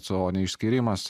co neišskyrimas